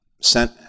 sent